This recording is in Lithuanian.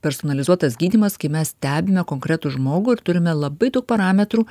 personalizuotas gydymas kai mes stebime konkretų žmogų ir turime labai daug parametrų